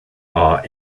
are